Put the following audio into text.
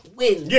win